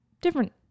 different